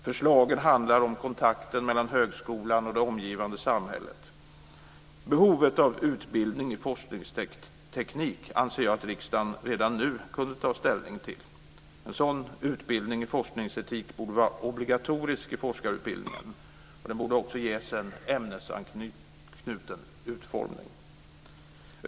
Förslagen handlar om kontakten mellan högskolan och det omgivande samhället. Behovet av utbildning i forskningsetik anser jag att riksdagen redan nu kunde ta ställning till. Sådan utbildning borde vara obligatorisk i forskarutbildningen och också ges en ämnesanknuten utformning.